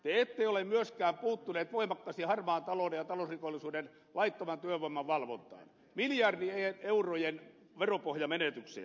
te ette ole myöskään puuttuneet voimakkaasti harmaan talouden ja talousrikollisuuden laittoman työvoiman valvontaan miljardien eurojen veropohjamenetyksiä